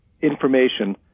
information